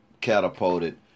catapulted